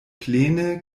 plene